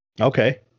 Okay